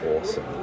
awesome